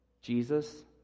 Jesus